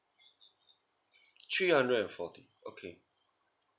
three hundred and forty okay